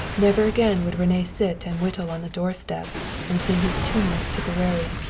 never again would rene sit and whittle on the doorstep and sing his tuneless tipperaree.